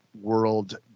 world